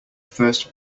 first